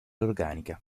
organica